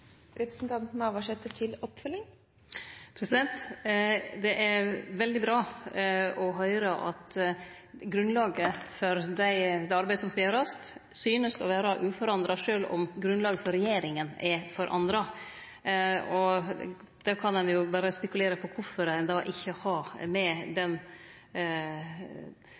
Det er veldig bra å høyre at grunnlaget for det arbeidet som skal gjerast, synest å vere uforandra sjølv om grunnlaget for regjeringa er forandra. Då kan ein berre spekulere i kvifor ein ikkje har med – kva skal ein seie – den